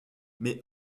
mais